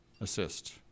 assist